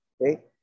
Okay